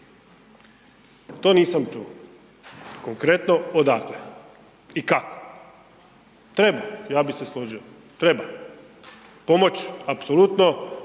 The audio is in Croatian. to nisam čuo konkretno odakle i kako. Treba, ja bih se složio, treba, pomoć apsolutno,